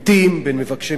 בין מבקשי מקלט,